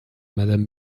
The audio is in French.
madame